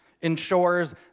ensures